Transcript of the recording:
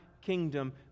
kingdom